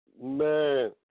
Man